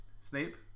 Snape